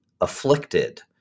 afflicted